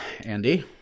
Andy